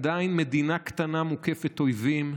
היא עדיין מדינה קטנה מוקפת אויבים,